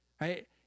right